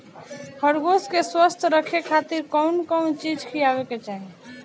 खरगोश के स्वस्थ रखे खातिर कउन कउन चिज खिआवे के चाही?